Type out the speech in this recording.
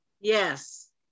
Yes